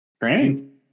training